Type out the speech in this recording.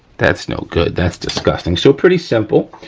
that's no good. that's disgusting. so, pretty simple.